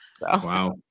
Wow